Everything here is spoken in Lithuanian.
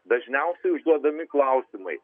dažniausiai užduodami klausimai